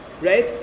right